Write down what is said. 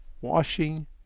washing